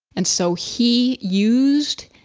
and so, he used,